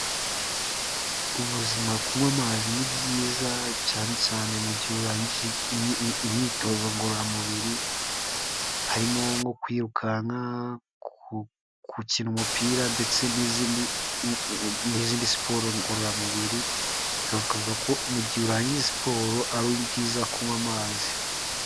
Ubuzima kunywa amazi ni byiza cyane cyane mu gihe urangije imyitozo ngororamubiri, harimo nko kwirukanka, gukina umupira, ndetse n'izindi siporo ngororamubiri, ibi bilkavuga ko mu gihe urangije siporo ari byiza kunywa amazi.